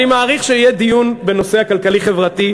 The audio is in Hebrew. אני מעריך שיהיה דיון בנושא הכלכלי-חברתי,